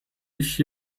ich